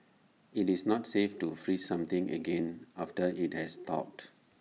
IT is not safe to freeze something again after IT has thawed